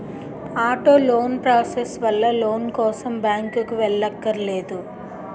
auto loan process వల్ల loan కోసం బ్యాంకుకి వెళ్ళక్కర్లేదు